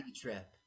trip